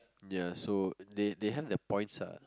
ya so they they have their points ah